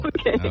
Okay